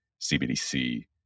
CBDC